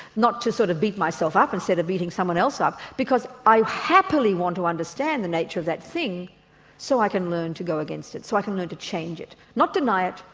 not to sort of beat myself up instead of beating someone else up because i happily want to understand the nature of that thing so i can learn to go against it, so i can learn to change it. not deny it,